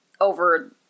over